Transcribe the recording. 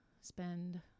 spend